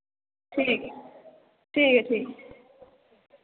ठीक ऐ ठीक ऐ ठीक ऐ